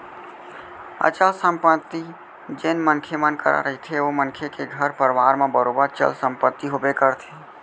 अचल संपत्ति जेन मनखे मन करा रहिथे ओ मनखे के घर परवार म बरोबर चल संपत्ति होबे करथे